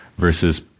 Versus